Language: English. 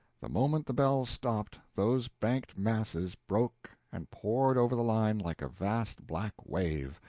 the moment the bells stopped, those banked masses broke and poured over the line like a vast black wave,